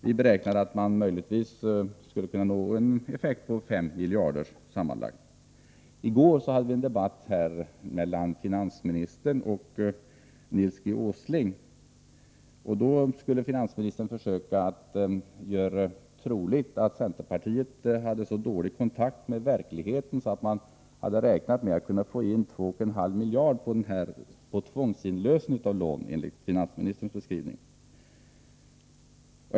Vi beräknade att man möjligtvis skulle kunna nå en effekt på sammanlagt 5 miljarder. I går kunde vi lyssna till en debatt mellan finansministern och Nils Åsling. Finansministern försökte då göra troligt att centerpartiet hade så dålig kontakt med verkligheten att vi hade räknat med att kunna få in 2,5 miljarder på ”tvångsinlösen av lån”, som finansministern beskrev det.